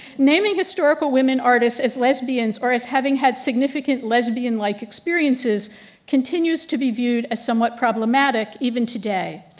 naming historical women artists as lesbians or as having had significant lesbian like experiences continues to be viewed as somewhat problematic even today.